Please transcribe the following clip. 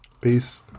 Peace